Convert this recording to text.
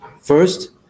First